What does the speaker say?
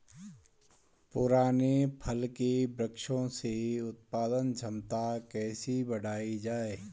पुराने फल के वृक्षों से उत्पादन क्षमता कैसे बढ़ायी जाए?